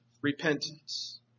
repentance